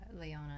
Leona